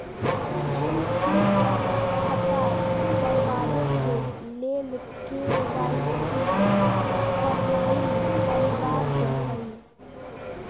NPS खता खोलबाबे के लेल के.वाई.सी करनाइ अनिवार्ज हइ